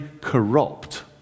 corrupt